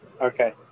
Okay